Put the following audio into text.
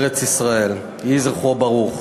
ארץ-ישראל?" יהי זכרו ברוך.